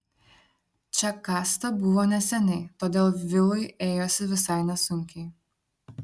čia kasta buvo neseniai todėl vilui ėjosi visai nesunkiai